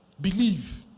Believe